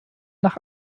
nach